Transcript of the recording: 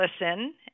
listen